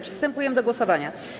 Przystępujemy do głosowania.